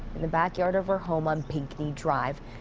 in the backyard of her home on pinkney drive.